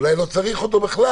אולי לא צריך אותו בכלל?